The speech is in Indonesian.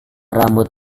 rambut